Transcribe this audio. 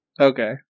Okay